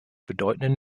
bedeutenden